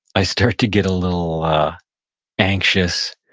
i start to get a little anxious,